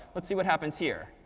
let's see what happens here.